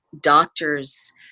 doctor's